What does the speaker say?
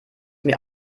mir